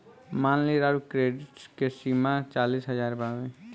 मान ली राउर क्रेडीट के सीमा चालीस हज़ार बावे